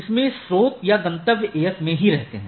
इसमें स्रोत या गंतव्य AS में ही रहते है